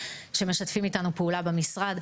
שמשתפים איתנו פעולה במשרד.